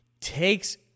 Takes